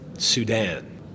Sudan